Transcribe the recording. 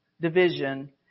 division